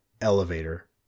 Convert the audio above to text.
elevator